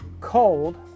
cold